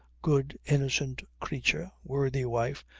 good innocent creature, worthy wife,